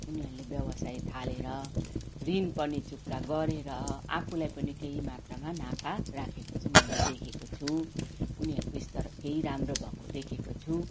उनीहरूले व्यवसाय थालेर ऋण पनि चुक्ता गरेर आफूलाई पनि केही मात्रामा नाफा राखेको चाहिँ मैले देखेको छु उनीहरूको स्तर केही राम्रो भएको देखेको छु